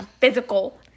physical